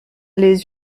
les